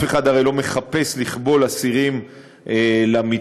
הרי אף אחד לא מחפש לכבול אסירים למיטה,